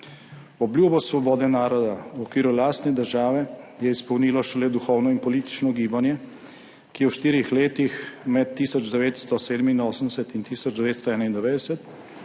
Obljubo svobode naroda v okviru lastne države je izpolnilo šele duhovno in politično gibanje, ki je v štirih letih med 1987 in 1991